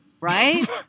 right